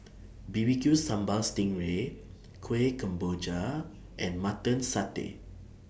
B B Q Sambal Sting Ray Kuih Kemboja and Mutton Satay